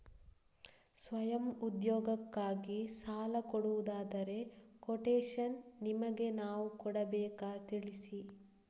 ಸ್ವಯಂ ಉದ್ಯೋಗಕ್ಕಾಗಿ ಸಾಲ ಕೊಡುವುದಾದರೆ ಕೊಟೇಶನ್ ನಿಮಗೆ ನಾವು ಕೊಡಬೇಕಾ ತಿಳಿಸಿ?